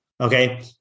okay